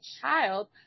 child